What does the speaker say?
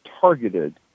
targeted